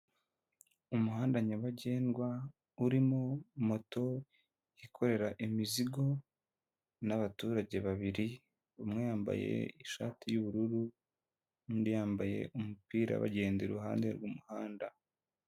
Umuhanda nyabagendwa urimo moto ikorera imizigo n'abaturage babiri, umwe yambaye ishati y'ubururu, undi yambaye umupira bagenda iruhande rw'umuhanda.